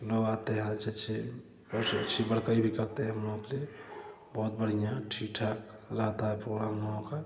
लोग आते हैं यहाँ अच्छे अच्छे और सुरक्षित बड़ कहीं भी करते हैं हम लोग के लिए बहुत बढ़िया ठीक ठाक रहता है प्रोग्राम उन लोगों का